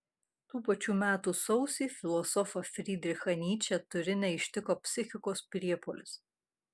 tų pačių metų sausį filosofą frydrichą nyčę turine ištiko psichikos priepuolis